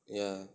ya